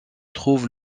trouve